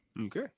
Okay